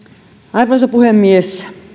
arvoisa puhemies